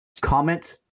comment